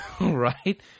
Right